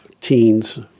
teens